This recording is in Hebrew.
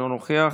אינו נוכח,